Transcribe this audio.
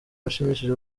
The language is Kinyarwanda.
bashimishije